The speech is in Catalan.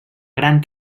gran